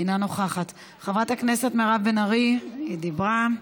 אינה נוכחת, חברת הכנסת מירב בן ארי, דיברה,